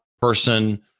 person